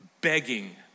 begging